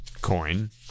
coin